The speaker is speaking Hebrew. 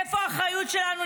איפה האחריות שלנו,